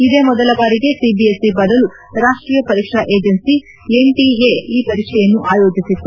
ಇದೇ ಮೊದಲ ಬಾರಿಗೆ ಸಿಬಿಎಸ್ಸಿ ಬದಲು ರಾಷ್ಷೀಯ ಪರೀಕ್ಷಾ ಏಜೆನ್ಸಿ ಎನ್ಟಿಎ ಈ ಪರೀಕ್ಷೆಯನ್ನು ಆಯೋಜಿಸಿತ್ತು